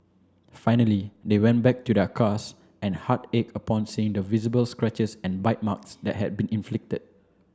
finally they went back to their cars and heart ached upon seeing the visible scratches and bite marks that had been inflicted